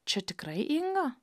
čia tikrai inga